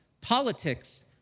Politics